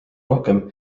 rohkem